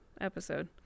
episode